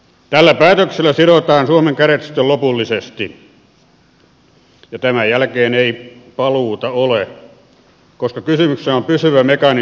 tällä päätöksellä sidotaan suomen kädet sitten lopullisesti ja tämän jälkeen ei paluuta ole koska kysymyksessä on pysyvä mekanismi josta ei erota